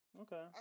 Okay